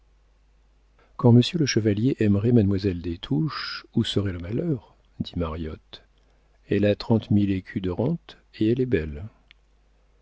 quand monsieur le chevalier aimerait mademoiselle des touches où serait le malheur dit mariotte elle a trente mille écus de rentes et elle est belle